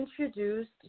introduced